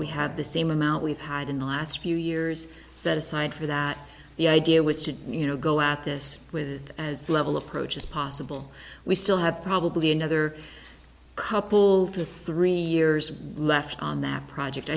we have the same amount we've had in the last few years set aside for that the idea was to you know go at this with as level of approach as possible we still have probably another couple to three years left on that project